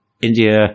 India